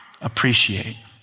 appreciate